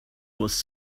was